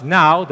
now